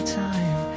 time